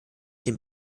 den